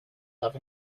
have